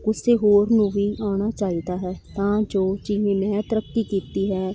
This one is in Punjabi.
ਕਿਸੇ ਹੋਰ ਨੂੰ ਵੀ ਆਣਾ ਚਾਹੀਦਾ ਹੈ ਤਾਂ ਜੋ ਜਿਵੇਂ ਮੈਂ ਤਰੱਕੀ ਕੀਤੀ ਹੈ